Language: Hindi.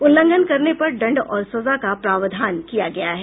उल्लंघन करने पर दंड और सजा का प्रावधान किया गया है